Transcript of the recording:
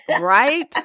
Right